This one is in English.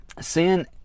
sin